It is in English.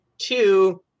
Two